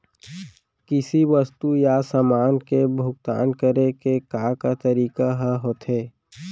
किसी वस्तु या समान के भुगतान करे के का का तरीका ह होथे?